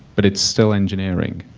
but it's still engineering.